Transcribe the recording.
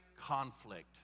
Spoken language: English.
conflict